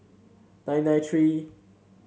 nine nine three